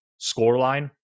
scoreline